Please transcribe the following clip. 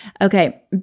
Okay